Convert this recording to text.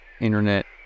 internet